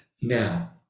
now